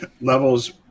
levels